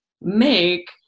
make